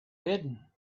hidden